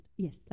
Yes